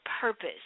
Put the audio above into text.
purpose